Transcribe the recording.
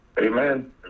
Amen